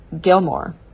Gilmore